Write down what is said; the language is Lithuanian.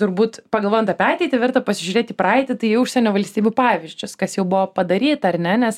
turbūt pagalvojant apie ateitį verta pasižiūrėti į praeitį tai užsienio valstybių pavyzdžius kas jau buvo padaryta ar ne nes